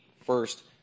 first